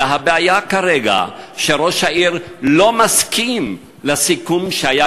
אלא שהבעיה כרגע היא שראש העיר לא מסכים לסיכום שהיה,